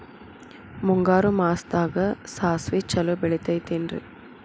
ಮುಂಗಾರು ಮಾಸದಾಗ ಸಾಸ್ವಿ ಛಲೋ ಬೆಳಿತೈತೇನ್ರಿ?